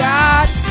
God